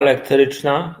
elektryczna